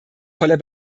voller